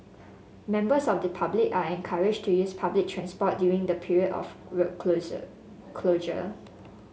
members of the public are encouraged to use public transport during the period of road closure closure